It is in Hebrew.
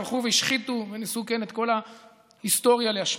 כשהלכו והשחיתו וניסו את כל ההיסטוריה להשמיד.